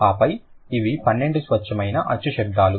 ఆపై ఇవి 12 స్వచ్ఛమైన అచ్చు శబ్దాలు